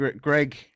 Greg